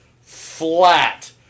flat